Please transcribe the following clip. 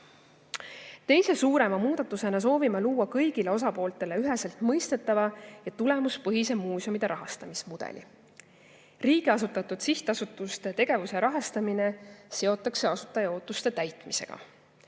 Teise suurema muudatusena soovime luua kõigile osapooltele üheselt mõistetava ja tulemuspõhise muuseumide rahastamise mudeli. Riigi asutatud sihtasutuste tegevuse rahastamine seotakse asutaja ootuste täitmisega.